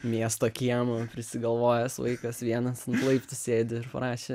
miesto kiemo prisigalvojęs vaikas vienas laiptų sėdi ir parašė